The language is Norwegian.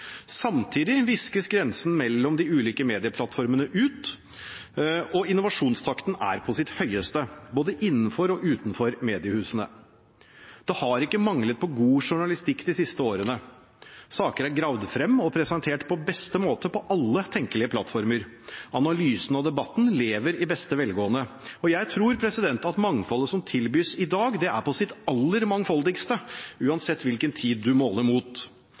Samtidig viskes grensene mellom de ulike medieplattformene ut, og innovasjonstakten er på sitt høyeste både innenfor og utenfor mediehusene. Det har ikke manglet på god journalistikk de siste årene. Saker er gravd frem og presentert på beste måte på alle tenkelige plattformer. Analysen og debatten lever i beste velgående. Jeg tror at mangfoldet som tilbys i dag, er på sitt aller mest mangfoldige – uansett hvilken tid man måler det mot.